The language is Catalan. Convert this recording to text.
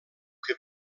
que